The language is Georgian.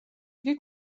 იგი